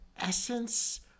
essence